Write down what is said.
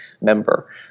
member